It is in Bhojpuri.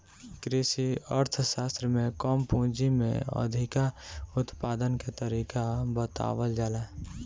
कृषि अर्थशास्त्र में कम पूंजी में अधिका उत्पादन के तरीका बतावल जाला